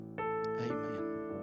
Amen